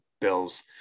Bills